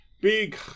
Big